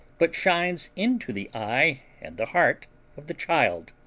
but shines into the eye and the heart of the child.